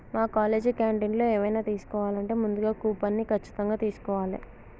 మా కాలేజీ క్యాంటీన్లో ఎవైనా తీసుకోవాలంటే ముందుగా కూపన్ని ఖచ్చితంగా తీస్కోవాలే